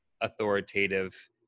authoritative